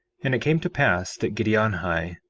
and it came to pass that giddianhi,